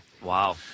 Wow